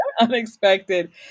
unexpected